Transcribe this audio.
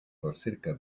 recerca